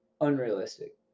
unrealistic